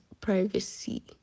privacy